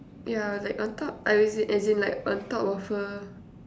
yeah like on top as in like on top of her